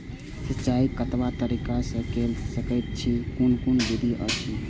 सिंचाई कतवा तरीका स के कैल सकैत छी कून कून विधि अछि?